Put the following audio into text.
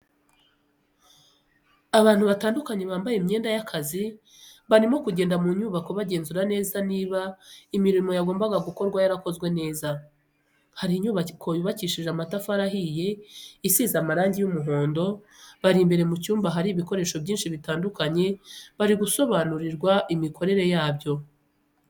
Abantu batandukanye bambaye imyenda y'akazi barimo kugenda mu nyubako bagenzura niba imirimo yagombaga gukorwa yarakozwe neza, hari inyubako yubakishije amatafari ahiye isize amarangi y'umuhondo, bari imbere mu cyumba ahari ibikoresho byinshi bitandukanye bari gusobanurirwa imikorere yabyo.